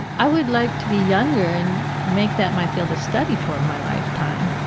i would like to be younger and make that my field of study for my lifetime